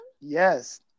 Yes